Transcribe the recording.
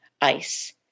ice